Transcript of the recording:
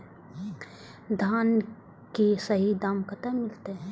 धान की सही दाम कते मिलते?